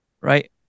Right